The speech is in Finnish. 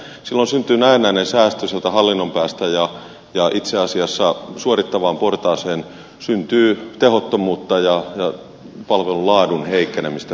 silloin syntyy näennäinen säästö sieltä hallinnon päästä ja itse asiassa suorittavaan portaaseen syntyy tehottomuutta ja palvelun laadun heikkenemistä